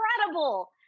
incredible